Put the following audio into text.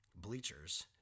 bleachers